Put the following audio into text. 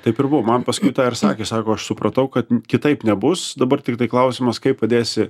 taip ir buvo man paskui tą ir sakė sako aš supratau kad kitaip nebus dabar tiktai klausimas kai padėsi